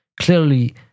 clearly